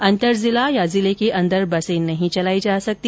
अंतर जिला या जिले के अंदर बसें नहीं चलायी जा सकती